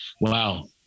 wow